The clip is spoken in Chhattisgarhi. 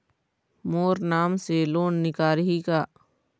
मोर नाम से लोन निकारिही का?